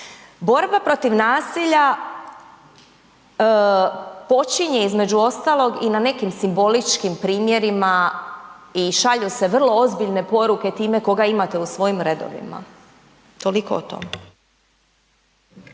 Borba protiv nasilja počinje između ostalog i na nekim simboličkim primjerima i šalju se vrlo ozbiljne poruke time koga imate u svojim redovima. Toliko o tome.